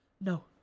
No